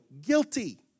guilty